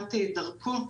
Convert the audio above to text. מתחילת דרכו,